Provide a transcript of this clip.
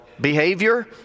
behavior